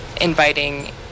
inviting